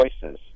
choices